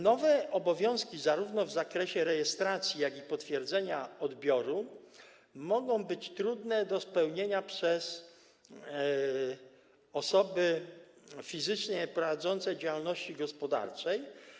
Nowe obowiązki zarówno w zakresie rejestracji, jak i potwierdzenia odbioru mogą być trudne do spełnienia przez osoby fizycznie nieprowadzące działalności gospodarczej.